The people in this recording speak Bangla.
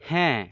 হ্যাঁ